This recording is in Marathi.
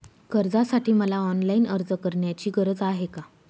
कर्जासाठी मला ऑनलाईन अर्ज करण्याची गरज आहे का?